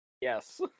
Yes